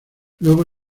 luego